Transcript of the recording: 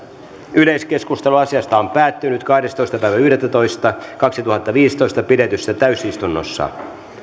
yleiskeskustelu asiasta päättyi kahdestoista yhdettätoista kaksituhattaviisitoista pidetyssä täysistunnossa